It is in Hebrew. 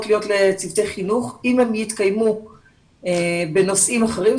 להיות לצוותי חינוך אם הן יתקיימו בנושאים אחרים,